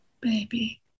baby